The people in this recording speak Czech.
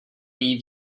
její